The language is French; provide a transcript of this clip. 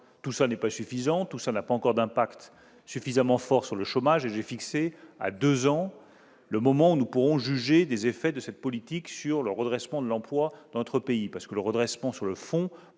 Tout cela n'est pas suffisant et n'a pas encore un impact suffisamment fort sur le chômage. J'ai fixé à deux ans le moment où nous pourrons juger des effets de cette politique sur le redressement de l'emploi dans notre pays : le redressement sur le fond